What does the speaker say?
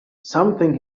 something